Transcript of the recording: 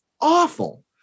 awful